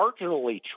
marginally